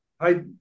hi